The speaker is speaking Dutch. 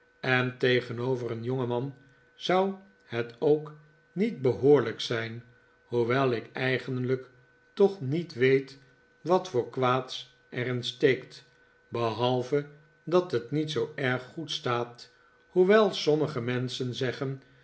en tegenover een jongeman zou het ook niet behoorlijk zijn hoewel ik eigenlijk toch niet weet wat voor kwaads er in steekt behalve dat het niet zoo erg goed staat hoewel sommige menschen zeggen